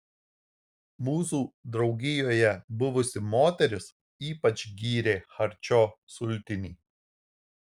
mūsų draugijoje buvusi moteris ypač gyrė charčio sultinį